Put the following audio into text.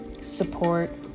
support